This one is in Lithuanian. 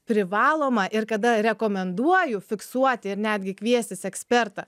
privaloma ir kada rekomenduoju fiksuoti ir netgi kviestis ekspertą